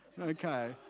Okay